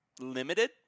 limited